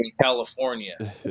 California